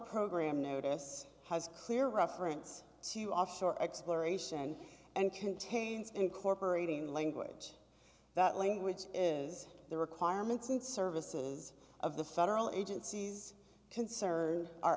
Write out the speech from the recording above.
programme notice has clear reference to offshore exploration and contains incorporating language that language is the requirements and services of the federal agencies concerned are